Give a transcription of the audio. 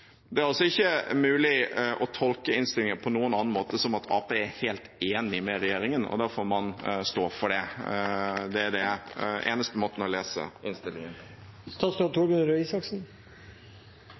Det er ikke mulig å tolke innstillingen på noen annen måte enn at Arbeiderpartiet er helt enig med regjeringen. Da får man stå for det. Det er den eneste måten å lese